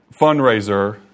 fundraiser